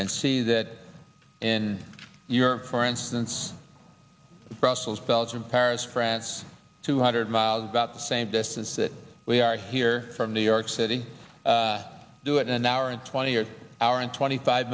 and see that in your for instance brussels belgium paris france two hundred miles about the same distance that we are here from new york city to do it in an hour and twenty or hour and twenty five